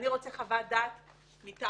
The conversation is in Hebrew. אני רוצה חוות דעת מטעמי,